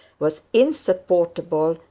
was insupportable,